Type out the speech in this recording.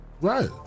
Right